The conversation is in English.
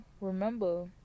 remember